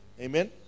Amen